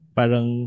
parang